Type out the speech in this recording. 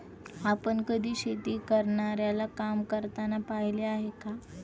आपण कधी शेती करणाऱ्याला काम करताना पाहिले आहे का?